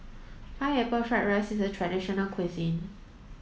pineapple fried rice is a traditional local cuisine